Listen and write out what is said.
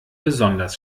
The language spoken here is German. besonders